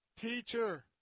teacher